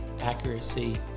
accuracy